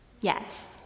Yes